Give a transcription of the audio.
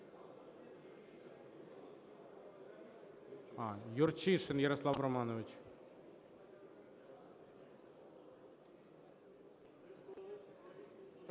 Юрчишин Ярослав Романович.